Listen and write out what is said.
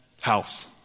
house